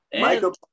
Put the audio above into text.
Michael